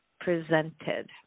presented